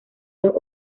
los